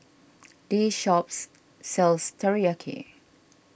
this shop sells Teriyaki